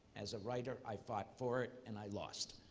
as a writer, i fought for it and i lost.